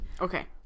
okay